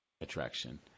attraction